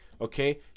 Okay